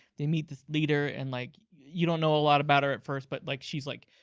they meet the leader and like, you don't know a lot about her at first but like she's like,